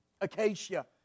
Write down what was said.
Acacia